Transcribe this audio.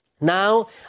Now